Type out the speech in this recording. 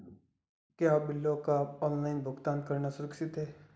क्या बिलों का ऑनलाइन भुगतान करना सुरक्षित है?